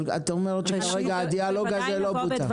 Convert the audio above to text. אבל את אומרת שכרגע הדיאלוג הזה לא בוצע.